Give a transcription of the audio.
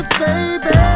baby